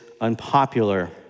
unpopular